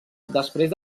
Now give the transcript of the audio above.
després